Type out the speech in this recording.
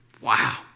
Wow